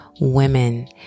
women